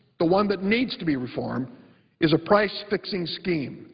the one that needs to be reformed is a price-fixing scheme,